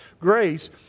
grace